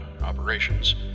operations